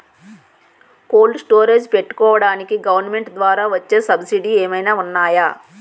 Cold storage పెట్టుకోడానికి government ద్వారా వచ్చే సబ్సిడీ ఏమైనా ఉన్నాయా?